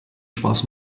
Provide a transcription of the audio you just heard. spaß